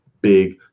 big